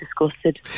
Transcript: disgusted